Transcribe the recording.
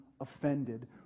offended